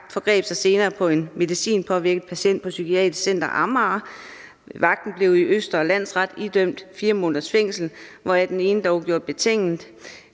forgreb sig senere på en medicinpåvirket patient på Psykiatrisk Center Amager. Vagten blev i Østre Landsret idømt 4 måneders fængsel, hvoraf den ene dog blev gjort betinget.